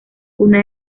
una